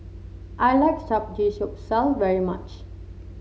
I like Samgeyopsal very much